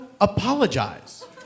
apologize